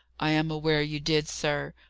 i am aware you did, sir.